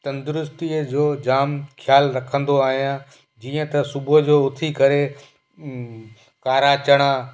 तंदुरुस्तीअ जो जाम ख़्याल रखंदो आहियां जीअं त सुबुह जो उथी करे कारा चणा